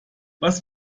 was